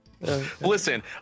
Listen